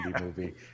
movie